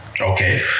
Okay